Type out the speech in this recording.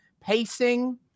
pacing